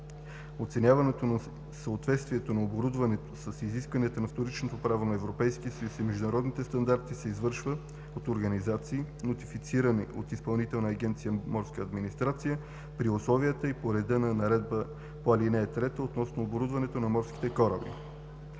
Оценяването на съответствието на оборудването с изискванията на вторичното право на Европейския съюз и международните стандарти се извършва от организации, нотифицирани от Изпълнителна агенция „Морска администрация“, при условията и по реда на наредбата по ал. 3 относно оборудването на морските кораби.